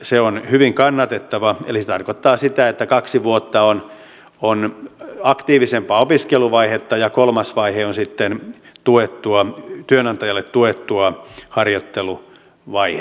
se on hyvin kannatettava eli se tarkoittaa sitä että kaksi vuotta on aktiivisempaa opiskeluvaihetta ja kolmas vaihe on sitten työnantajalle tuettua harjoitteluvaihetta